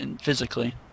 physically